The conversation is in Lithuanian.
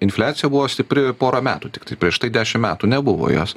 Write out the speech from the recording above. infliacija buvo stipri pora metų tiktai prieš tai dešim metų nebuvo jos